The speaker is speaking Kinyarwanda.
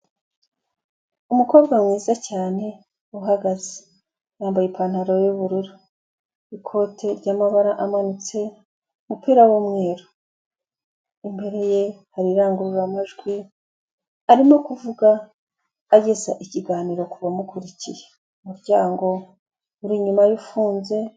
Umukobwa mwiza cyane uhagaze. Yambaye ipantaro y'ubururu ikote ry'amabara amanutse, umupira w'umweru. Imbere ye hari irangururamajwi arimo kuvuga ageza ikiganiro kubamukurikiye, umuryango uri inyuma ufunze.